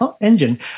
engine